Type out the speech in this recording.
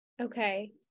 Okay